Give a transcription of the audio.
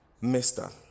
mister